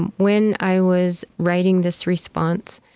and when i was writing this response,